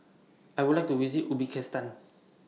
I Would like to visit Uzbekistan